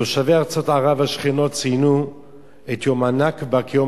תושבי ארצות ערב השכנות ציינו את יום הנכבה כיום